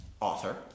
author